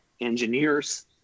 engineers